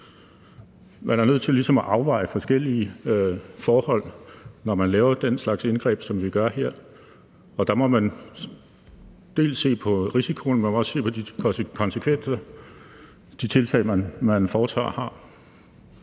Man er nødt til ligesom at afveje forskellige forhold, når man laver den slags indgreb, som vi gør her. Der må man dels se på risikoen, dels se på de konsekvenser, de tiltag, man foretager, har.